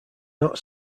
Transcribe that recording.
not